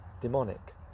demonic